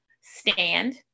stand